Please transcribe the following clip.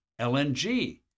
LNG